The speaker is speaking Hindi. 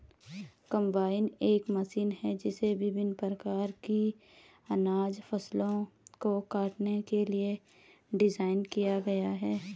कंबाइन एक मशीन है जिसे विभिन्न प्रकार की अनाज फसलों को काटने के लिए डिज़ाइन किया गया है